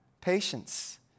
patience